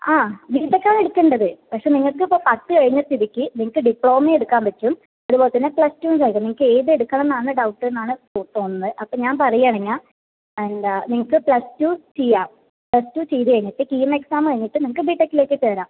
ആ ബിടെക്ക് ആണെടുക്കേണ്ടത് പക്ഷെ നിങ്ങക്കിപ്പോൾ പത്തുകഴിഞ്ഞ സ്ഥിതിക്ക് നിങ്ങൾക്ക് ഡിപ്ലോമയും എടുക്കാൻ പറ്റും അതുപോലെത്തന്നെ പ്ലസ് ടു കഴിയും നിങ്ങൾക്ക് ഏതെടുക്കണമെന്നാണ് ഡൌട്ട് എന്നാണ് തോന്നുന്നത് അപ്പോൾ ഞാൻ പറയുകയാണെങ്കിൽ എന്താ നിങ്ങൾക്ക് പ്ലസ് ടു ചെയ്യാം പ്ലസ് ടു ചെയ്തുകഴിഞ്ഞിട്ട് കീം എക്സാം കഴിഞ്ഞിട്ട് നിങ്ങൾക്ക് ബിടെക്കിലേക്ക് കേറാം